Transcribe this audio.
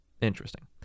Interesting